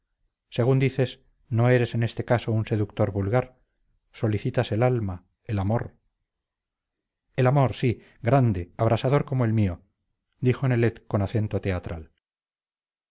según dices no eres en este caso un seductor vulgar solicitas el alma el amor el amor sí grande abrasador como el mío dijo nelet con acento teatral